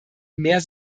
mehr